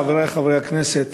חברי חברי הכנסת,